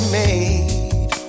made